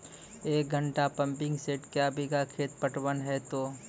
एक घंटा pumping set क्या बीघा खेत पटवन है तो?